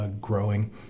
growing